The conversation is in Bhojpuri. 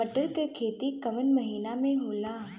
मटर क खेती कवन महिना मे होला?